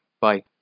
Bye